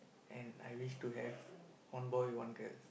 and I wish to have one boy one girl